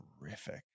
terrific